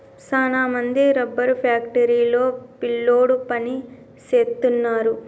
సాన మంది rubber factory లో పిల్లోడు పని సేస్తున్నారు